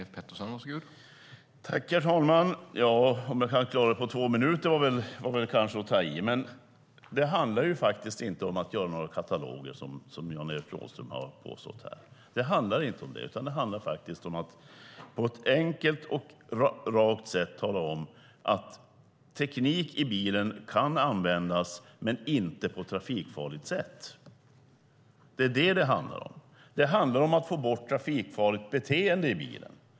Herr talman! Att säga att jag ska klara det på två minuter är väl kanske att ta i. Det handlar inte om att göra några kataloger, som Jan-Evert Rådhström har påstått här. Det handlar om att på ett enkelt och rakt sätt tala om att teknik i bilen kan användas men inte på ett trafikfarligt sätt. Det handlar om att få bort trafikfarligt beteende i bilen.